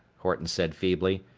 horton said feebly.